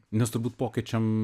nes turbūt pokyčiam